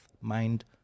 mind